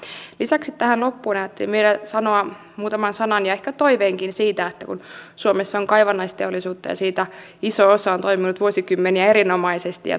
lisäksi tähän loppuun ajattelin vielä sanoa muutaman sanan ja ehkä toiveenkin siitä kun suomessa on kaivannaisteollisuutta ja siitä iso osa on toiminut vuosikymmeniä erinomaisesti